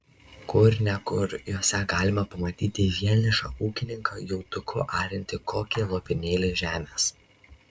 kur ne kur juose galima pamatyti vienišą ūkininką jautuku ariantį kokį lopinėlį žemės